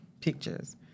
pictures